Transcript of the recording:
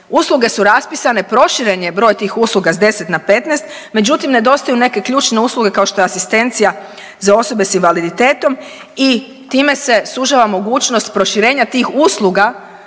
usluge su raspisane, proširen je taj broj usluga sa 10 na 15. Međutim, nedostaju neke ključne usluge kao što je asistencija za osobe sa invaliditetom i time se sužava mogućnost proširenja tih usluga